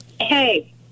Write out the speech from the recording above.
Hey